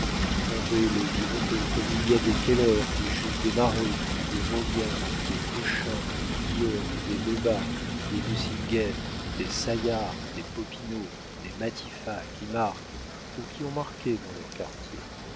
fonder les birotteau comme il y des keller des jules desmarets des roguin des cochin des guillaume des lebas des nucingen des saillard des popinot des matifat qui marquent ou qui ont marqué dans leurs quartiers